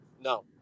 No